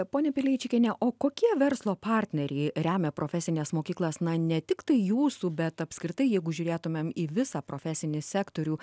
ponia pileičikienė o kokie verslo partneriai remia profesines mokyklas na ne tiktai jūsų bet apskritai jeigu žiūrėtumėm į visą profesinį sektorių